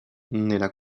nella